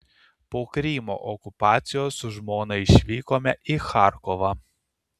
po krymo okupacijos su žmona išvykome į charkovą